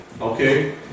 Okay